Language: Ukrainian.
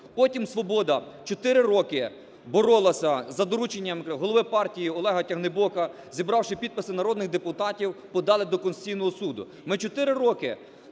Потім "Свобода" чотири роки боролася за дорученням голови партії Олега Тягнибока, зібравши підписи народних депутатів, подали до Конституційного Суду. Ми чотири роки